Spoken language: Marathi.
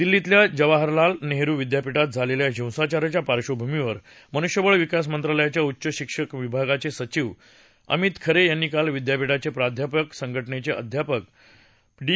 दिल्लीतल्या जवाहरलाल नेहरू विद्यापीठात झालेल्या हिंसाचाराच्या पार्श्वभूमीवर मनुष्यबळ विकास मंत्रालयाच्या उच्च शिक्षण विभागाचे सचिव अमित खरे यांनी काल विद्यापीठाच्या प्राध्यापक संघटनेचे अध्यक्ष प्राध्यापक डी